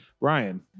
ryan